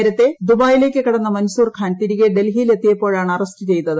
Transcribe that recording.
നേരത്തെ ദുബായിലേക്ക് കടന്ന മൻസൂർഖാർ തിരികെ ഡൽഹിയിൽ എത്തയപ്പോഴാണ് അറസ്റ്റ് ചെയ്തത്